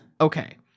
okay